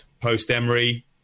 post-Emery